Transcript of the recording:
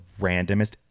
randomest